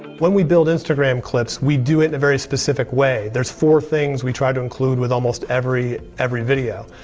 when we build instagram clips, we do it in a very specific way. there's four things we try to include with almost every every video,